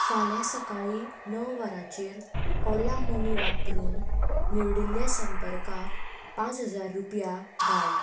फाल्यां सकाळी णव वरांचेर ओला मनी वापरून निवडिल्ल्या संपर्कांक पांच हजार रुपया धाड